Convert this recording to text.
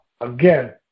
again